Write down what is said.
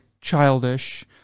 childish